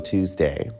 Tuesday